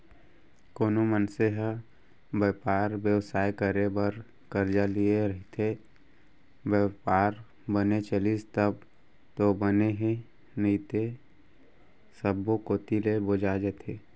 कोनो मनसे ह बयपार बेवसाय करे बर करजा लिये रइथे, बयपार बने चलिस तब तो बने हे नइते सब्बो कोती ले बोजा जथे